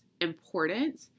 important